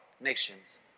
nations